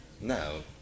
No